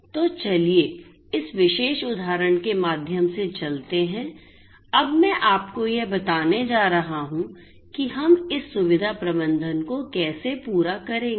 तो चलिए इस विशेष उदाहरण के माध्यम से चलते हैं अब मैं आपको यह बताने जा रहा हूं कि हम इस सुविधा प्रबंधन को कैसे पूरा करेंगे